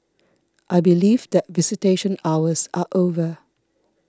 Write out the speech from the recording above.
I believe that visitation hours are over